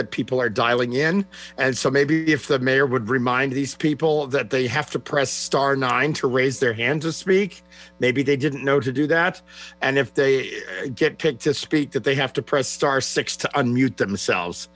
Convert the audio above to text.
that people are dialing in and so maybe if the mayor would remind these people that they have to press star nine to raise their hand to speak maybe they didn't know to do that and if they get picked to speak that they have to press star six on mute themselves